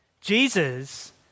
Jesus